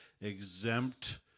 exempt